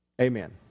Amen